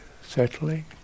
settling